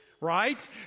Right